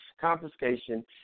confiscation